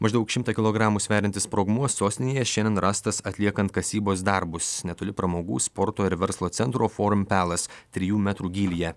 maždaug šimtą kilogramų sveriantis sprogmuo sostinėje šiandien rastas atliekant kasybos darbus netoli pramogų sporto ir verslo centro forum palace trijų metrų gylyje